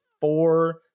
four